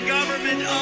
government